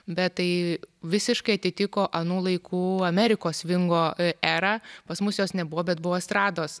bet tai visiškai atitiko anų laikų amerikos svingo erą pas mus jos nebuvo bet buvo estrados